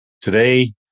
Today